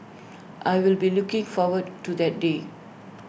I will be looking forward to that day